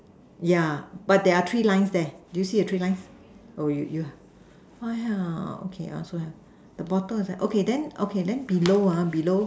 yeah but there are three lines there do you see the three lines oh you you ah ya okay I also have the bottom is like okay then okay the below ah below